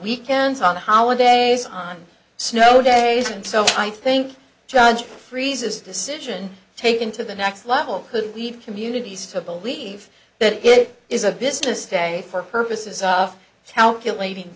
weekends on holidays on snow days and so i think judge freezes decision taken to the next level could lead communities to believe that it is a business day for purposes of calculating